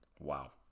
Wow